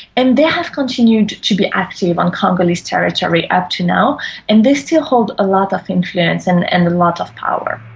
and they have continued to be active on congolese territory up to now and they still hold a lot of influence and and a lot of power.